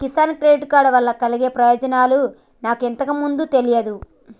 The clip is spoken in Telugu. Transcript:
కిసాన్ క్రెడిట్ కార్డు వలన కలిగే ప్రయోజనాలు నాకు ఇంతకు ముందు తెలియదు